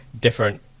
different